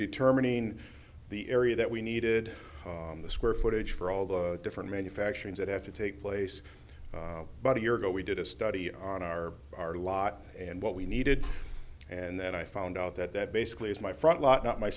determining the area that we needed the square footage for all the different manufacturers that have to take place but a year ago we did a study on our r lot and what we needed and then i found out that that basically is my